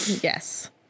Yes